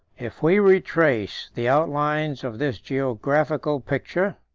if we retrace the outlines of this geographical picture,